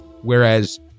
Whereas